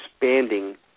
expanding